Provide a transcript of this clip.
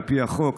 על פי החוק,